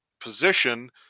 position